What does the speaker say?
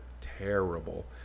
terrible